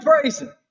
praising